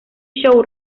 show